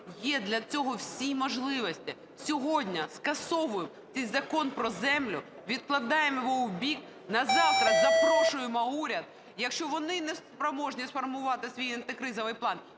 є для цього всі можливості. Сьогодні скасовуємо цей Закон про землю, відкладаємо його у бік, на завтра запрошуємо уряд. Якщо вони не спроможні сформувати свій антикризовий план,